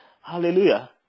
Hallelujah